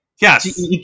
Yes